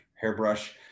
hairbrush